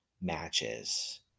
matches